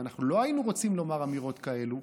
ואנחנו לא היינו רוצים לומר אמירות כאלה,